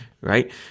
right